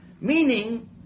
Meaning